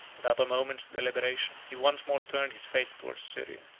without a moment's deliberation, he once more turned his face towards syria.